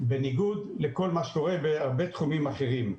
בניגוד לכל מה שקורה בהרבה תחומים אחרים.